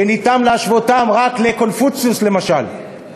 שאפשר להשוותם רק לקונפוציוס, למשל.